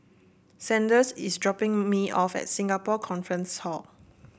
Sanders is dropping me off at Singapore Conference Hall